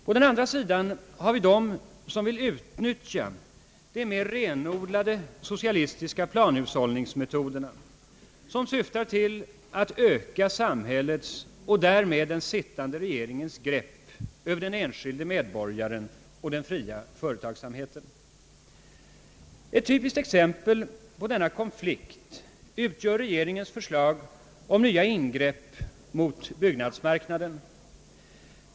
På den andra sidan har vi dem som vill utnyttja de mera renodlade socialistiska planhushållningsmetoderna, vilka syftar till att öka samhällets och därmed den sittande regeringens grepp över den enskilde medborgaren och den fria företagsamheten. Ett typiskt exempel på denna konflikt utgör regeringens förslag om nya ingrepp mot byggnadsmarknaden.